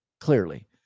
clearly